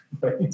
Right